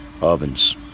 ovens